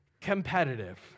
competitive